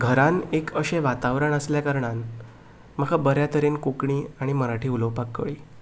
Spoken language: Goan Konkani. घरान एक अशें वातावरण आसलें कारणान म्हाका बऱ्या तरेन कोंकणी आणी मराठी उलोपाक कळ्ळी